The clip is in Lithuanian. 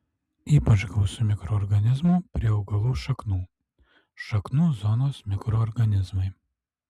ypač gausu mikroorganizmų prie augalų šaknų šaknų zonos mikroorganizmai